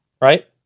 right